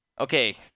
Okay